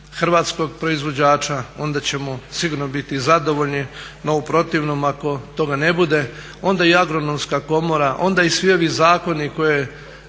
hrvatskog proizvođača onda ćemo sigurno biti zadovoljni, no u protivnom ako toga ne bude onda i Agronomska komora, onda i svi ovi zakoni koje